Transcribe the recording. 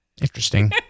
Interesting